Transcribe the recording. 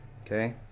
Okay